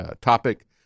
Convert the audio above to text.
topic